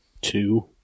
Two